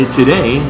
today